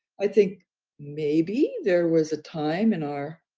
i think maybe there was a time in our,